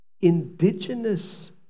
indigenous